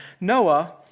Noah